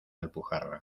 alpujarra